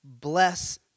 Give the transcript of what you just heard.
bless